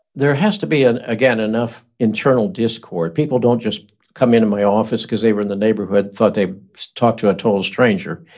there has to be an, again, enough internal discord. people don't just come into my office cause they were in the neighborhood and thought they'd just talk to a total stranger.